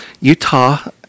Utah